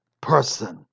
person